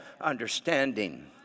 understanding